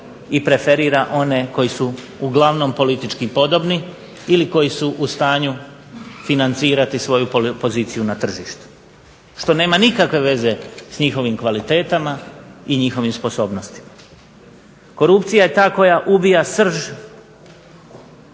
i preferira one koji su uglavnom politički podobni ili koji su u stanju financirati svoju poziciju na tržištu. Što nema nikakve veze s njihovim kvalitetama i njihovim sposobnostima. Korupcija je ta koja ubija srž